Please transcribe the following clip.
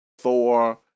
Thor